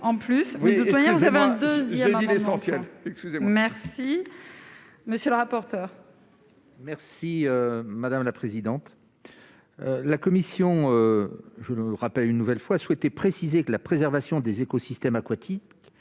dire : vous avez 2 il dit l'essentiel : merci, monsieur le rapporteur. Merci madame la présidente, la commission, je le rappelle, une nouvelle fois souhaité préciser que la préservation des écosystèmes aquatiques